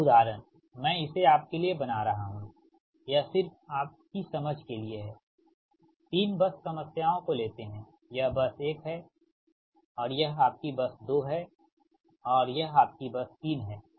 यह उदाहरण मैं इसे आपके लिए बना रहा हूं यह सिर्फ आपकी समझ के लिए है 3 बस समस्याओं को लेते है यह बस 1 है और यह आपकी बस 2 है और यह आपकी बस 3 है